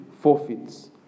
forfeits